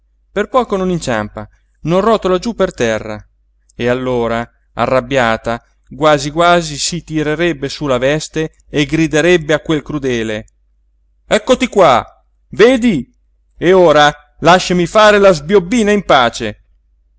per poco non inciampa non rotola giú per terra e allora arrabbiata quasi quasi si tirerebbe su la veste e griderebbe a quel crudele eccoti qua vedi e ora lasciami fare la sbiobbina in pace